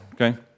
okay